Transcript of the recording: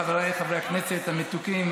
חבריי חברי הכנסת המתוקים,